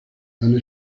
han